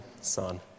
son